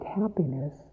happiness